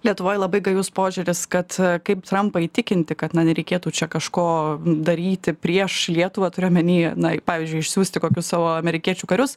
lietuvoj labai gajus požiūris kad kaip trampą įtikinti kad na nereikėtų čia kažko daryti prieš lietuvą turiu omeny na pavyzdžiui išsiųsti kokius savo amerikiečių karius